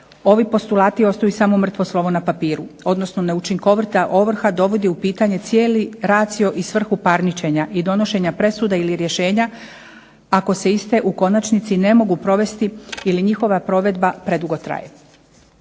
ovi postulati ostaju samo mrtvo slovo na papiru, odnosno neučinkovita ovrha dovodi u pitanje cijeli racio i svrhu parničenja, i donošenja presude ili rješenja, ako se iste u konačnici ne mogu provesti ili njihova provedba predugo traje.